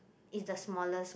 is the smallest one